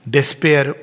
Despair